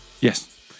Yes